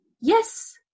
Yes